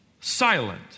silent